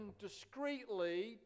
discreetly